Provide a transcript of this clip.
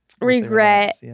Regret